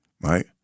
right